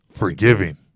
Forgiving